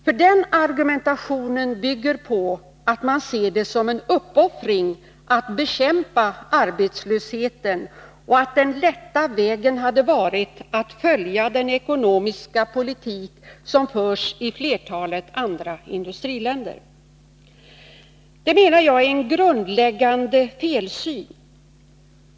För den argumentationen bygger på att man ser det som en uppoffring att bekämpa arbetslösheten och att den lätta vägen hade varit att följa den ekonomiska politik som förs i flertalet andra industriländer. Det menar jag är en grundläggande felsyn.